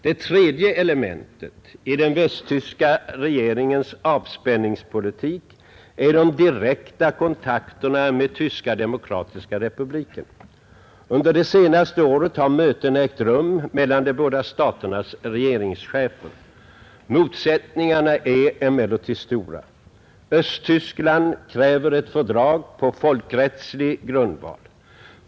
Det tredje elementet i den västtyska regeringens avspänningspolitik är de direkta kontakterna med Tyska demokratiska republiken. Under det senaste året har möten ägt rum mellan de båda staternas regeringschefer. Motsättningarna är emellertid stora. Östtyskland kräver ett fördrag på folkrättslig grundval.